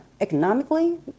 economically